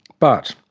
but,